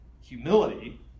humility